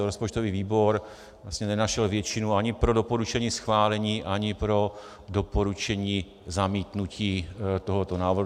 Rozpočtový výbor vlastně nenašel většinu ani pro doporučení schválení, ani pro doporučení zamítnutí tohoto návrhu.